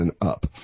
up